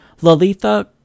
Lalitha